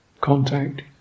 Contact